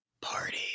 party